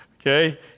Okay